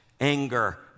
anger